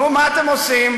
נו, מה אתם עושים?